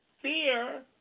fear